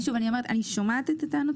אני שומעת את הטענות,